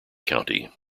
county